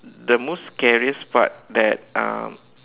the most scariest part that um